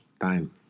time